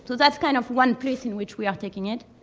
so that's kind of one place in which we are taking it,